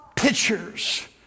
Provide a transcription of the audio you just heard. Pictures